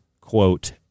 quote